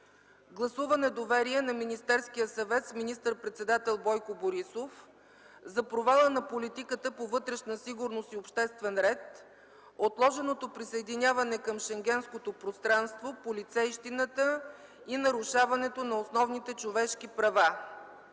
Гласува недоверие на Министерския съвет с министър-председател Бойко Борисов за провала на политиката по вътрешна сигурност и обществен ред, отложеното присъединяване към Шенгенското пространство, полицейщината и нарушаването на основните човешки права.”